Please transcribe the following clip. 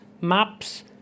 maps